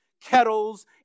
kettles